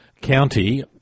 County